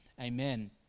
amen